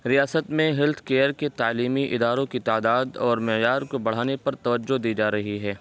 ریاست میں health care کے تعلیمی اداروں کی تعداد اور معیار کو بڑھانے پر توجہ دی جا رہی ہے